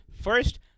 first